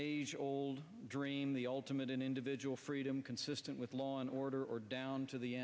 age old dream the ultimate in individual freedom consistent with law and order or down to the